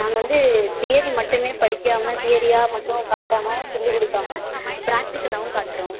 நாங்கள் வந்து தியரி மட்டுமே படிக்காமல் தியரியா மட்டும் காட்டாமல் சொல்லிக்கொடுக்காம ப்ராக்ட்டிகலாகவும் காட்டுறோம்